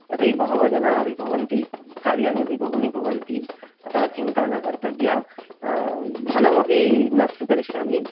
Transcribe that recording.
यतो हि बहव जनाः अपि भवन्ति कार्याणि अपि बहूनि भवन्ति अतः चिन्ता न कर्तव्या धनमपि न स्वीकरिष्यामि